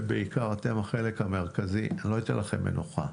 בעיקר אתם החלק המרכזי, אני לא אתן לכם מנוחה.